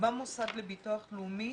במוסד לביטוח לאומי